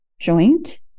joint